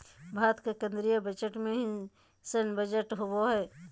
भारत के केन्द्रीय बजट में ही सैन्य बजट होबो हइ